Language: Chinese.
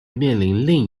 面临